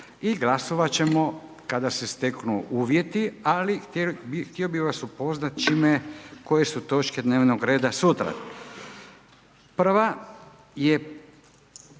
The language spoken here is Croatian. I glasovati ćemo kada se steknu uvjeti. Ali htio bih vas upoznati s čime, koje su točke dnevnog reda sutra. Prva je,